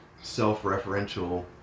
self-referential